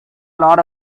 lot